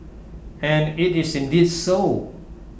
and IT is indeed so